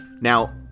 Now